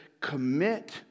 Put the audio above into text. commit